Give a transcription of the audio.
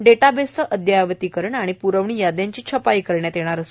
डाटाबेसचे अद्ययावतीकरण आणि प्रवणी याद्यांची छपाई करण्यात येणार आहे